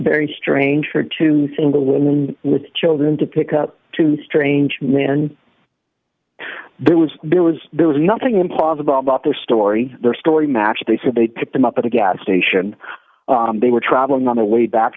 very strange for two single women with children to pick up two strange men there was there was there was nothing implausible about their story their story matched they said they picked them up at a gas station they were traveling on the way back